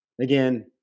again